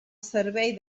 servei